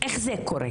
איך זה קורה?